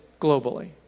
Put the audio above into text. globally